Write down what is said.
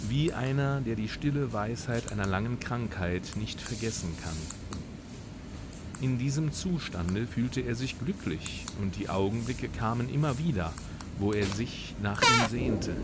wie einer der die stille weisheit einer langen krankheit nicht vergessen kann in diesem zustande fühlte er sich glücklich und die augenblicke kamen immer wieder wo er sich nach ihm sehnte